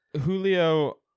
Julio